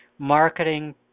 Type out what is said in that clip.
marketing